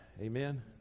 Amen